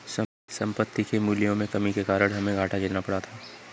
संपत्ति के मूल्यों में कमी के कारण हमे घाटा झेलना पड़ा था